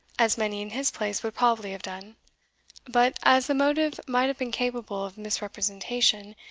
as many in his place would probably have done but, as the motive might have been capable of misrepresentation,